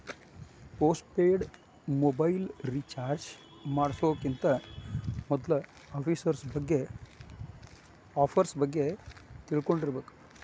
post paid mobile recharge ಮಾಡ್ಸೋಕ್ಕಿಂತ ಮೊದ್ಲಾ offers ಬಗ್ಗೆ ತಿಳ್ಕೊಂಡಿರ್ಬೇಕ್